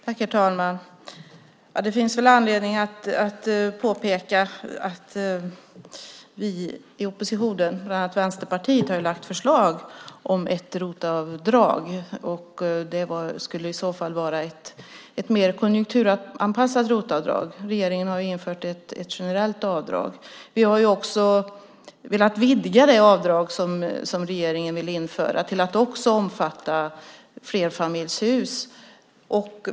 Herr talman! Det finns anledning att påpeka att vi i oppositionen, bland annat Vänsterpartiet, har lagt fram förslag om ett ROT-avdrag. Det skulle i så fall vara ett mer konjunkturanpassat ROT-avdrag. Regeringen har ju infört ett generellt avdrag. Vi har också velat vidga det avdrag som regeringen vill införa till att även omfatta flerfamiljshus.